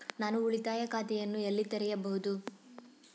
ನಾನು ಉಳಿತಾಯ ಖಾತೆಯನ್ನು ಎಲ್ಲಿ ತೆರೆಯಬಹುದು?